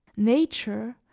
nature,